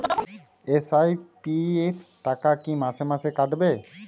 SIP র টাকা কী মাসে মাসে কাটবে?